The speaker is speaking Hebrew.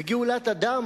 וגאולת אדם,